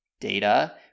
data